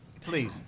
Please